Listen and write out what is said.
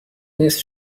نصف